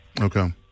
Okay